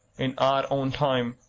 in our own time,